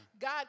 God